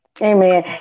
Amen